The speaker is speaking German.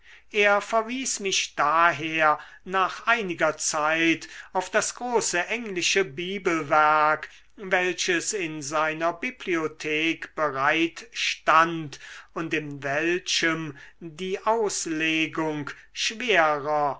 er verwies mich daher nach einiger zeit auf das große englische bibelwerk welches in seiner bibliothek bereitstand und in welchem die auslegung schwerer